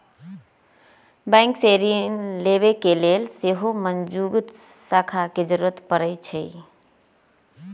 bank से ऋण लेबे के लेल सेहो मजगुत साख के जरूरी परै छइ